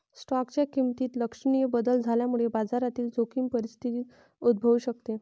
स्टॉकच्या किमतीत लक्षणीय बदल झाल्यामुळे बाजारातील जोखीम परिस्थिती उद्भवू शकते